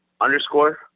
underscore